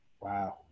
wow